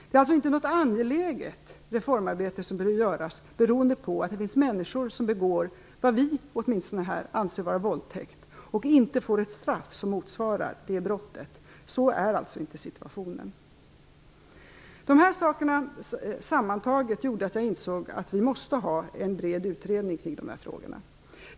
Det är alltså inte något angeläget reformarbete som behöver göras beroende på att det finns människor som begår vad åtminstone vi här anser vara våldtäkt och inte får ett straff som motsvarar det brottet. Så är inte situationen. Dessa saker sammantaget gjorde att jag insåg att vi måste ha en bred utredning kring dessa frågor.